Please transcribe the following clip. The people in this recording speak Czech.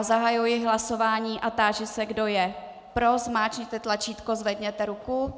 Zahajuji hlasování a táži se, kdo je pro, zmáčkněte tlačítko a zvedněte ruku.